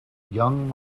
young